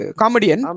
comedian